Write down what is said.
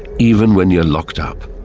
even when you are locked up.